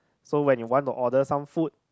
so when you want to order some food